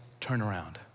turnaround